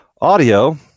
audio